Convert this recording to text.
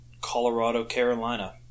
Colorado-Carolina